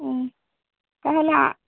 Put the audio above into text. হুম তাহলে আ